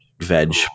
veg